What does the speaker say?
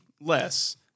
less